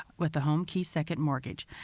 with the home key second mortgage.